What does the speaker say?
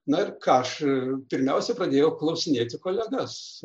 na ir ką aš pirmiausia pradėjo klausinėti kolegas